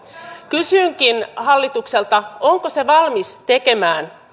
kysynkin hallitukselta onko se valmis tekemään